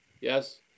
Yes